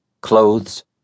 Clothes